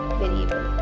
variable